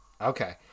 okay